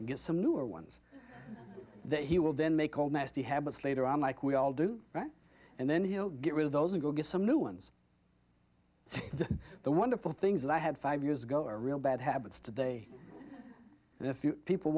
and get some newer ones that he will then make old nasty habits later on like we all do right and then he'll get rid of those and go get some new ones and the wonderful things that i had five years ago are real bad habits today and a few people